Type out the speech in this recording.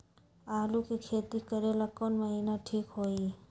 आलू के खेती करेला कौन महीना ठीक होई?